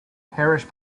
parish